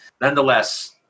Nonetheless